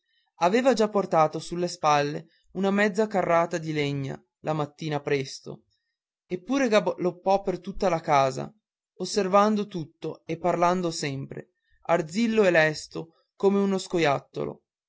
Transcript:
aveva già portato sulle spalle una mezza carrata di legna la mattina presto eppure galoppò per tutta la casa osservando tutto e parlando sempre arzillo e lesto come uno scoiattolo